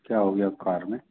क्या हो गया कार में